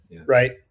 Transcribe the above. Right